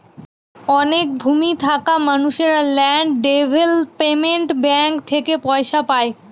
অনেক ভূমি থাকা মানুষেরা ল্যান্ড ডেভেলপমেন্ট ব্যাঙ্ক থেকে পয়সা পায়